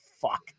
fuck